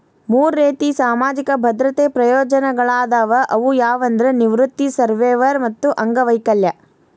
ಮೂರ್ ರೇತಿ ಸಾಮಾಜಿಕ ಭದ್ರತೆ ಪ್ರಯೋಜನಗಳಾದವ ಅವು ಯಾವಂದ್ರ ನಿವೃತ್ತಿ ಸರ್ವ್ಯವರ್ ಮತ್ತ ಅಂಗವೈಕಲ್ಯ